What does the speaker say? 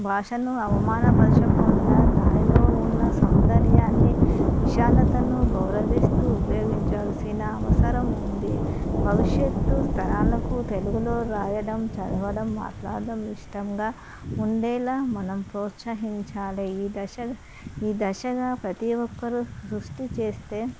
భాషను అవమాన పరచకుండా దానిలో ఉన్న సౌందర్యాన్ని విశాలతను గౌరవిస్తూ ఉపయోగించాల్సిన అవసరం ఉంది భవిష్యత్తు తరాలకు తెలుగులో రాయడం చదవడం మాట్లాడడం ఇష్టంగా ఉండేలా మనం ప్రోత్సహించాలి ఈ దశ ఈ దశగా ప్రతి ఒక్కరూ సృష్ఠి చేస్తే